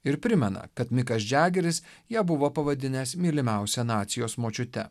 ir primena kad mikas džegeris ją buvo pavadinęs mylimiausia nacijos močiute